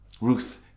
Ruth